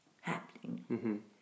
happening